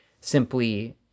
simply